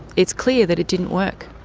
it's clear that it didn't work.